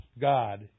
God